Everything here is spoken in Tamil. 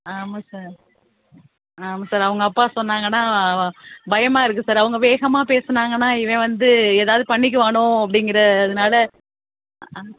ஆமாம் சார் ஆமாம் சார் அவங்க அப்பா சொன்னாங்கன்னா அவன் பயமாக இருக்கு சார் அவங்க வேகமாக பேசுனாங்கன்னா இவன் வந்து எதாவது பண்ணிக்கிவானோ அப்படிங்கிறதுனால ஆ